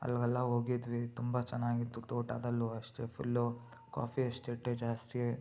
ಅಲ್ಲಿಗೆಲ್ಲ ಹೋಗಿದ್ವಿ ತುಂಬ ಚೆನ್ನಾಗಿತ್ತು ತೋಟ ಅದರಲ್ಲೂ ಅಷ್ಟೇ ಫುಲ್ಲು ಕಾಫಿ ಎಸ್ಟೇಟೇ ಜಾಸ್ತಿ